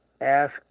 ask